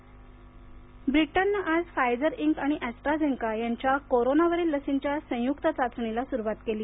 Britain corona ब्रिटननं आज Pfizer Inc आणि अॅस्ट्राझेन्का यांच्या कोरोनावरील लसींच्या संयुक्त चाचणीला सुरुवात केली